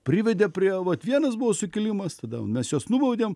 privedė prie vat vienas buvo sukilimas tada mes juos nubaudėm